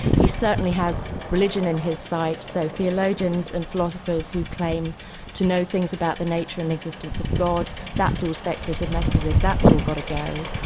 he certainly has religion in his sights, so theologians and philosophers who claim to know things about the nature and existence of god, that sort of speculative metaphysics, that's all got to go.